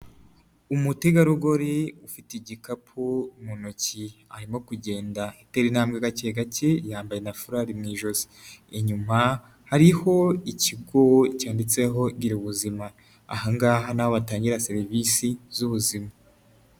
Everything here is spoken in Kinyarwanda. Umutegarugori ufite igikapu mu ntoki, arimo kugenda atera intambwe gake gake, yambaye na furari mu ijosi, inyuma hariho ikigo cyanditseho, gira ubuzima, aha ngaha ni aho batangira serivisi z'ubuzima.